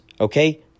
Okay